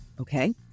Okay